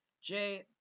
Jay